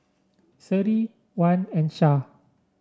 Seri Wan and Syah